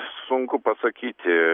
sunku pasakyti